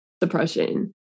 depression